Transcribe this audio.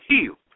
healed